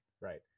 Right